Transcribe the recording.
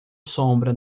sombra